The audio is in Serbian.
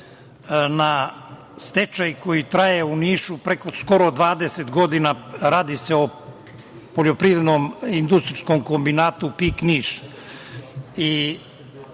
na stečaj koji traje u Nišu skoro preko 20 godina. Radi se o Poljoprivrednom industrijskom kombinatu PIK Niš